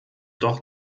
doch